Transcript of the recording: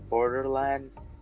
Borderlands